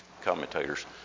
commentators